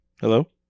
Hello